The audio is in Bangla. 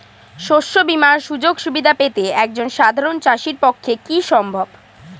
শস্য বীমার সুযোগ সুবিধা পেতে একজন সাধারন চাষির পক্ষে কি সম্ভব?